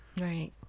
right